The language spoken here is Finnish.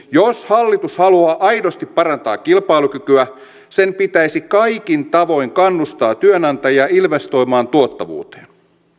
jos hallitus haluaa aidosti parantaa kilpailukykyä sen pitäisi kaikin tavoin kannustaa työnantajia investoimaan tuottavuuteen